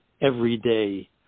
everyday